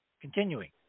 continuing